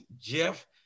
Jeff